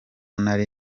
nari